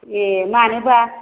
ए मानोबा